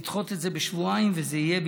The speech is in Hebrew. לדחות את זה בשבועיים וזה יהיה,